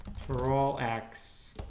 for all x,